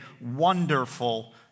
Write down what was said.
wonderful